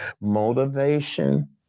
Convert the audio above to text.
motivation